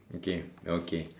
okay okay